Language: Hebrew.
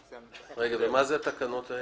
משנים.